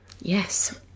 yes